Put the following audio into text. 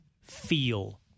feel